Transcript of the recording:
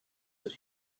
that